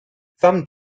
thumb